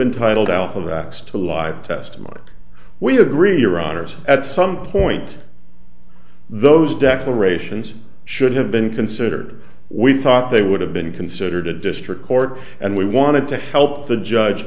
been titled out of x to live testimony we agree your honour's at some point those declarations should have been considered we thought they would have been considered a district court and we wanted to help the judge